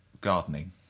gardening